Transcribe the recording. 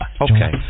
okay